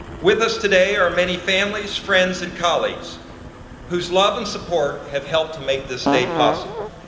with us today are many families, friends and colleagues whose love and support have helped to make this day possible.